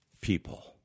people